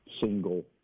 single